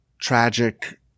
tragic